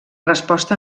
resposta